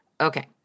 Okay